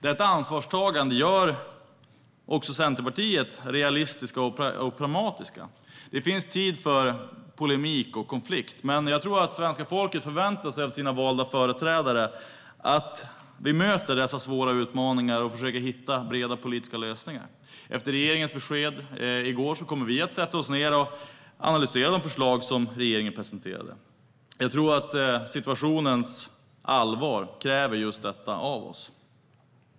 Detta ansvarstagande gör också Centerpartiet till ett realistiskt och pragmatiskt parti. Det finns tid för polemik och konflikt, men jag tror att svenska folket förväntar sig av sina valda företrädare att vi möter dessa svåra utmaningar och försöker hitta breda politiska lösningar. Efter regeringens besked i går kommer vi att sätta oss ned och analysera de förslag som regeringen presenterade. Jag tror att situationens allvar kräver just detta av oss.